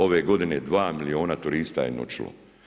Ove godine 2 milijuna turista je noćilo.